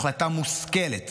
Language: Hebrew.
החלטה מושכלת,